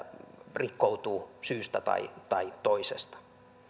rikkoutuu syystä tai tai toisesta